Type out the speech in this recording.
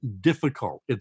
difficult